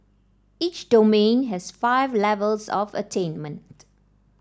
each domain has five levels of attainment